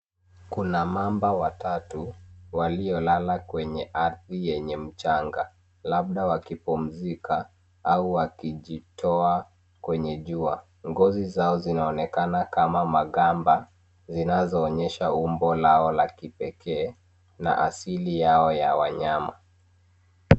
Kuna mamba watatu waliolala kwenye ardhi yenye mchanga labda wakipumzika au wakikijitoa kwenye jua. Ngozi zao zinaoonekana kama magomba zinazoonyesha umbo Lao la kipekee na asili yao ya wanyama.